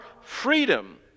freedom